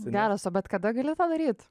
geras o bet kada gali padaryt